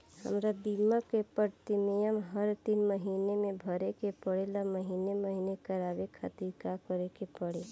हमार बीमा के प्रीमियम हर तीन महिना में भरे के पड़ेला महीने महीने करवाए खातिर का करे के पड़ी?